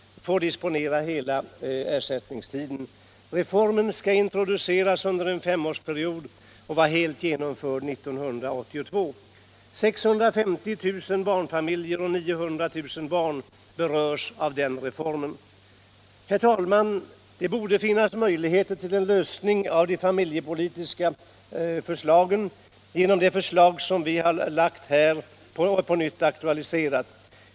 får disponera hela ersättningstiden. Reformen skall introduceras under en femårsperiod och vara helt genomförd 1982. 650 000 barnfamiljer och 900 000 barn berörs av reformen. Herr talman! Det borde finnas möjligheter till lösningar av det familjepolitiska problemet genom det förslag som vi här på nytt aktualiserat.